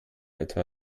etwa